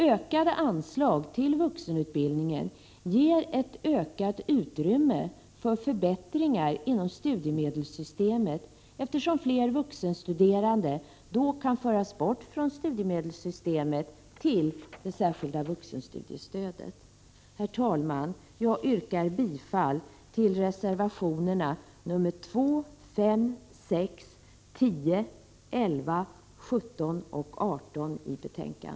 Ökade anslag till vuxenutbildningen ger ett ökat utrymme för förbättringar inom studiemedelssystemet, eftersom fler vuxenstuderande då kan föras bort från studiemedelssystemet till det särskilda vuxenstudiestödet. Herr talman! Jag yrkar bifall till reservationerna 6, 10, 17 och 18.